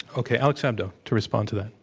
okay, alex abdo, to respond to that.